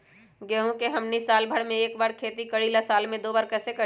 गेंहू के हमनी साल भर मे एक बार ही खेती करीला साल में दो बार कैसे करी?